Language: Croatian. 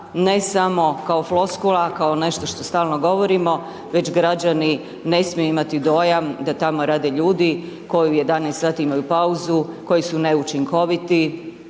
ne samo kao floskula, kao nešto što stalno govorimo, već građani ne smiju imati dojam da tamo rade ljudi koji u 11 sati imaju pauzu, koji su neučinkoviti,